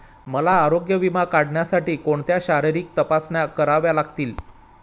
मला आरोग्य विमा काढण्यासाठी कोणत्या शारीरिक तपासण्या कराव्या लागतील?